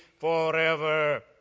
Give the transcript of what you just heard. forever